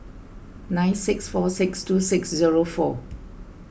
nine six four six two six zero four